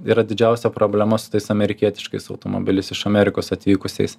yra didžiausia problema su tais amerikietiškais automobiliais iš amerikos atvykusiais